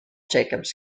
jacobs